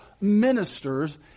ministers